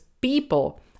people